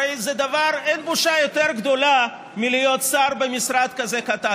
הרי אין בושה יותר גדולה מלהיות שר במשרד כזה קטן.